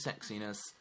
sexiness